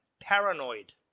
Paranoid